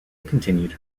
continued